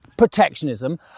protectionism